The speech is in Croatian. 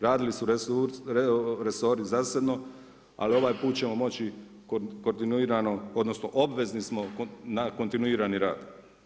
Radili su resori zasebno, ali ovaj put ćemo moći kontinuirano, odnosno obvezni smo na kontinuirani rad.